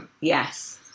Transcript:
Yes